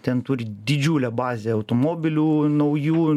ten turi didžiulę bazę automobilių naujų